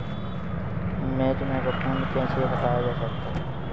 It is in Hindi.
मिर्च में फफूंदी कैसे हटाया जा सकता है?